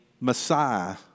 Messiah